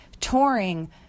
touring